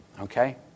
okay